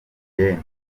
julienne